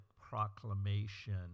proclamation